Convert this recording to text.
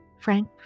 frank